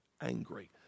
angry